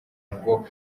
ngo